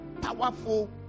powerful